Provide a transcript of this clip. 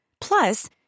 Plus